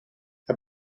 het